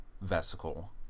vesicle